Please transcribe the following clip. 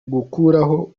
gukuraho